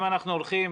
אם אנחנו הולכים